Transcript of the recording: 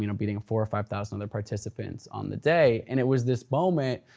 you know beating four or five thousand other participants on the day, and it was this moment,